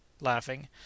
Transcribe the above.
laughing